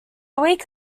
week